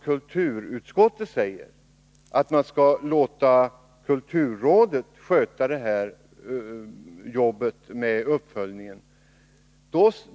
Kulturutskottet säger att man skall låta kulturrådet sköta den uppföljningen.